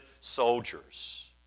soldiers